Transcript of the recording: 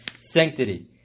sanctity